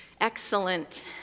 excellent